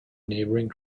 neighboring